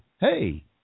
hey